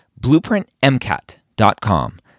BlueprintMCAT.com